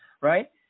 right